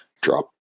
drop